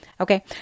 Okay